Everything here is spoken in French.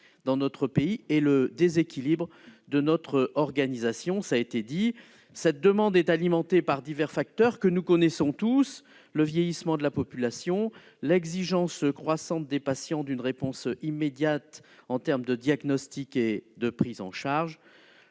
dans notre pays et le déséquilibre de notre organisation. Cette demande est alimentée par divers facteurs, que nous connaissons tous : le vieillissement de la population, l'exigence croissante, de la part des patients, d'un diagnostic et d'une prise en charge